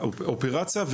באופרציה,